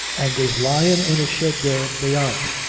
and is lyin' in a shed there beyant,